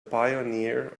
pioneer